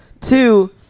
Two